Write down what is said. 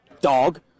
Dog